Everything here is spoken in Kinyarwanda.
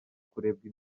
kurebwa